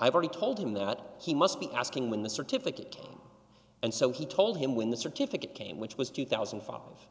i've already told him that he must be asking when the certificate and so he told him when the certificate came which was two thousand